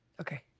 okay